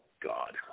God